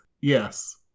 Yes